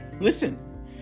Listen